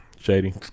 Shady